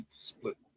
split